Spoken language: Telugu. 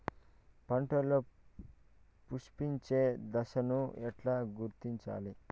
పంటలలో పుష్పించే దశను ఎట్లా గుర్తించాలి?